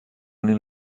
این